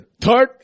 Third